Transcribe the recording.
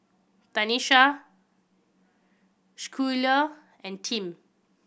Tanisha Schuyler and Tim